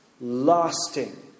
Lasting